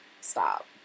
stop